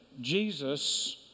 Jesus